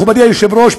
מכובדי היושב-ראש,